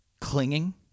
clinging